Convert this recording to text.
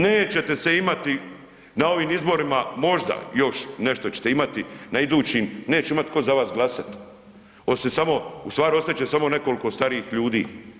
Nećete se imati na ovim izborima, možda još nešto ćete imati, na idućim neće imat tko vas glasati, osim samo, ustvari, ostat će samo nekoliko starijih ljudi.